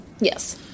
Yes